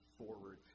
forward